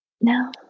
no